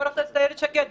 חברת הכנסת איילת שקד?